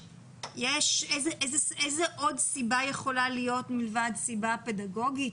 איזו עוד סיבה יכולה להיות מלבד סיבה פדגוגית,